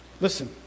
Listen